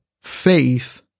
faith